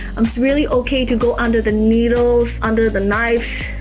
i'm really ok to go under the needles under the knifes.